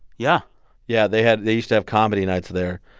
yeah yeah, they had they used to have comedy nights there.